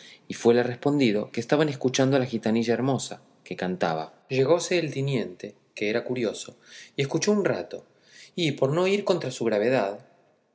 y fuele respondido que estaban escuchando a la gitanilla hermosa que cantaba llegóse el tiniente que era curioso y escuchó un rato y por no ir contra su gravedad